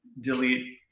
delete